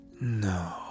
No